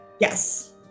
Yes